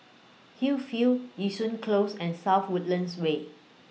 Hillview Yishun Close and South Woodlands Way